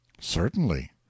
Certainly